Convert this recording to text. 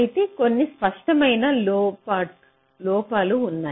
అయితే కొన్ని స్పష్టమైన లోపాలు ఉన్నాయి